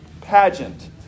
pageant